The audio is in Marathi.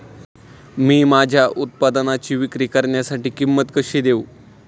मी माझ्या उत्पादनाची विक्री करण्यासाठी किंमत कशी देऊ?